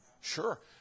Sure